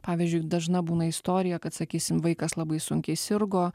pavyzdžiui dažna būna istorija kad sakysim vaikas labai sunkiai sirgo